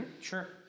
sure